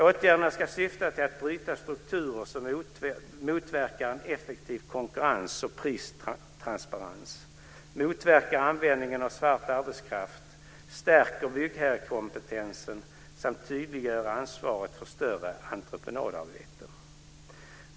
Åtgärderna ska syfta till att bryta strukturer som motverkar en effektiv konkurrens och pristransparens, motverka användningen av svart arbetskraft, stärka byggherrekompetensen samt tydliggöra ansvaret för större entreprenadarbeten.